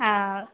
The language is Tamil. ஆ